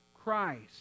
Christ